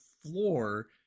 floor